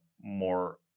more